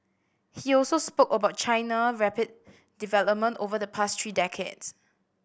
he also spoke about China rapid development over the past three decades